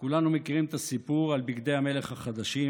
כולנו מכירים את הסיפור על בגדי המלך החדשים.